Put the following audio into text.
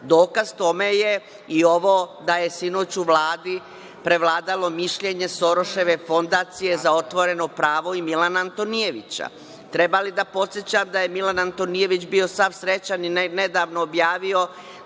Dokaz tome jeste i ovo da je sinoć u Vladi prevladalo mišljenje Soroševe fondacije za otvoreno pravo i Milana Antonijevića. Trebali da podsećam da je Milan Antonijević bio sav srećan i da je nedavno objavio